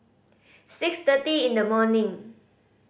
six thirty in the morning